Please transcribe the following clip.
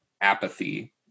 apathy